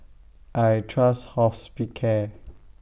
I Trust Hospicare